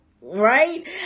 right